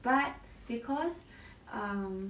but because um